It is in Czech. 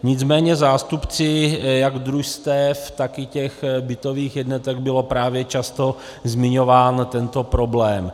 Nicméně zástupci jak družstev, tak i těch bytových jednotek byl právě často zmiňován tento problém.